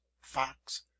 fox